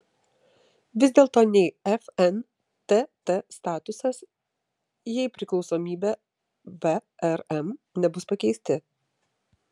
vis dėlto nei fntt statusas jei priklausomybė vrm nebus pakeisti